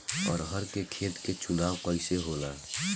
अरहर के खेत के चुनाव कइसे होला?